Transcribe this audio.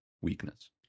weakness